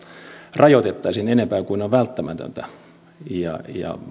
rajoitettaisiin enempää kuin on välttämätöntä ja